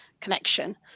connection